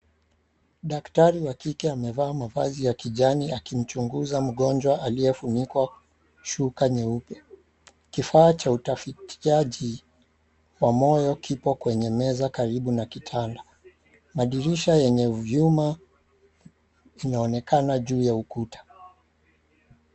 Daktari wa kike amevaa mavazi ya kijani akimchunguza mgonjwa aliyefunikwa shuka nyeupe. Kifaa cha utafitiaji wa moyo kiko kwenye meza karibu na kitanda. Madirisha yenye vyuma inaonekana juu ya ukuta.